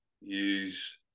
use